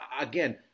again